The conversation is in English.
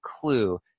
clue